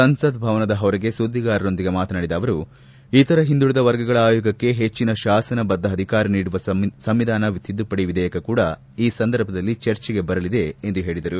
ಸಂಸತ್ ಭವನದ ಹೊರಗೆ ಸುದ್ದಿಗಾರರೊಂದಿಗೆ ಮಾತನಾಡಿದ ಅವರು ಇತರ ಹಿಂದುಳದ ವರ್ಗಗಳ ಆಯೋಗಕ್ಕೆ ಹೆಚ್ಚಿನ ಶಾಸನಬದ್ದ ಅಧಿಕಾರ ನೀಡುವ ಸಂವಿಧಾನ ತಿದ್ದುಪಡಿ ವಿಧೇಯಕ ಕೂಡ ಚರ್ಚೆಗೆ ಬರಲಿದೆ ಎಂದು ಅವರು ಹೇಳಿದರು